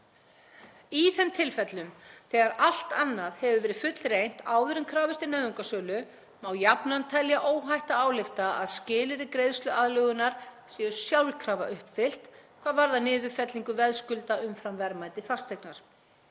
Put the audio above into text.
Í þeim tilvikum, þegar allt annað hefur verið fullreynt áður en krafist er nauðungarsölu, má jafnan telja óhætt að álykta að skilyrði greiðsluaðlögunar séu sjálfkrafa uppfyllt hvað varðar niðurfellingu veðskulda umfram verðmæti fasteignar.